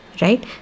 right